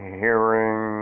hearing